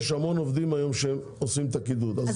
כי יש היום המון עובדים שעושים את הקידוד --- אז